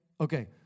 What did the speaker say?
Okay